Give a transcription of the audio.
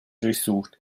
durchsucht